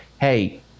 hey